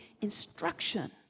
instruction